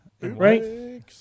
right